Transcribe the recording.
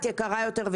יקרה יותר,